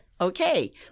Okay